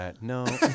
No